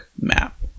map